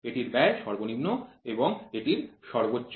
এটির ব্যয় সর্বনিম্ন এবং এটির সর্বোচ্চ